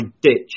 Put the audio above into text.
ditch